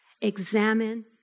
examine